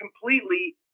completely